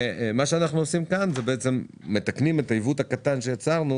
שאנחנו עושים כאן זה מתקנים את העיוות הקטן שיצרנו